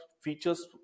features